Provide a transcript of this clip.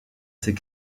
ses